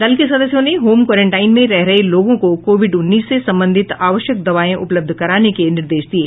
दल के सदस्यों ने होम क्वारेंटाइन में रह रहे लोगों को कोविड उन्नीस से संबंधित आवश्यक दवाएं उपलब्ध कराने के निर्देश दिये